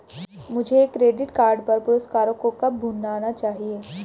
मुझे credit card पर पुरस्कारों को कब भुनाना चाहिए?